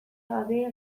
gabe